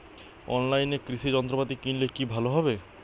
অনলাইনে কৃষি যন্ত্রপাতি কিনলে কি ভালো হবে?